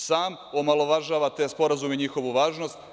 Sam omalovažava te sporazume i njihovu važnost.